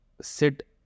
sit